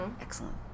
Excellent